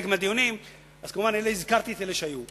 אז כמובן, הזכרתי את אלה שהיו.